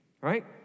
right